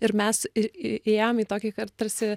ir mes ir įėjom į tokį tarsi